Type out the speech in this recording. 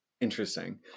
Interesting